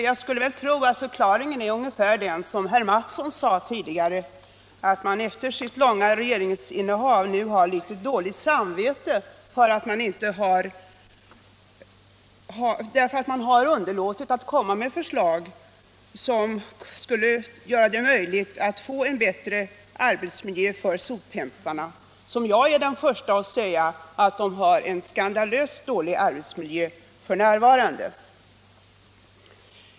Jag skulle tro att förklaringen är ungefär den som herr Mattsson tidigare angav, nämligen att socialdemokraterna efter sitt långa regeringsinnehav har litet dåligt samvete för att de underlåtit att framlägga förslag som hade gjort det möjligt för sophämtarna att få en bättre arbetsmiljö. Jag är den första att säga att de har en katastrofalt dålig arbetsmiljö f.n.